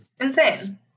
Insane